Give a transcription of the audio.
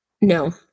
No